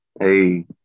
Hey